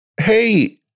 hey